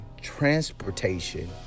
transportation